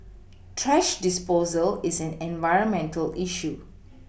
thrash disposal is an environmental issue